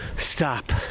stop